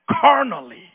carnally